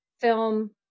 film